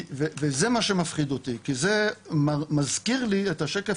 וזה מה שמפחיד אותי כי זה מזכיר לי את השקף